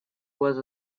was